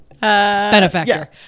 Benefactor